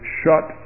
shut